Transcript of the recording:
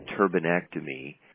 turbinectomy